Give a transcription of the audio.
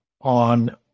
on